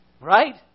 Right